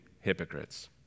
hypocrites